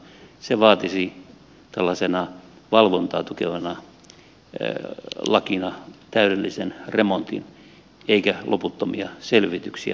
se vaatisi tällaisena valvontaa tukevana lakina täydellisen remontin eikä loputtomia selvityksiä